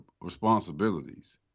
responsibilities